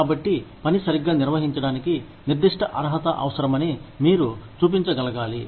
కాబట్టి పని సరిగ్గా నిర్వహించడానికి నిర్దిష్ట అర్హత అవసరమని మీరు చూపించగలగాలి